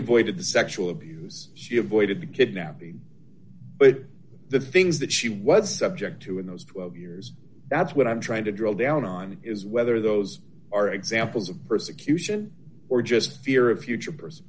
avoided the sexual abuse she avoided the kidnapping but the things that she was subject to in those years that's what i'm trying to drill down on is whether those are examples of persecution or just fear of future vers